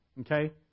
okay